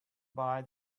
buy